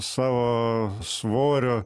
savo svorio